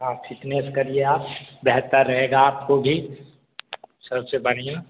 हाँ फिटनेस करिए आप बेहतर रहेगा आपको भी सबसे बढ़िया